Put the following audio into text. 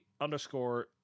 underscore